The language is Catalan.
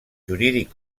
jurídic